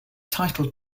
title